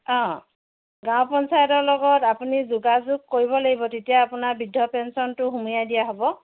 অঁ গাঁও পঞ্চায়তৰ লগত আপুনি যোগাযোগ কৰিব লাগিব তেতিয়া আপোনাৰ বৃদ্ধ পেঞ্চনটো দিয়া হ'ব